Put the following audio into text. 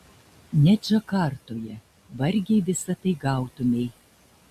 net džakartoje vargiai visa tai gautumei